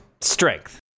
strength